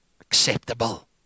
acceptable